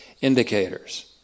indicators